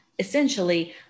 Essentially